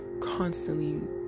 constantly